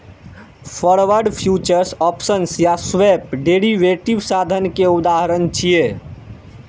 forward, futures, options आ swap derivative साधन के उदाहरण छियै